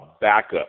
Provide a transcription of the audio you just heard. backup